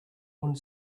one